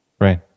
Right